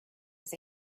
was